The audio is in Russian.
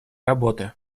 работы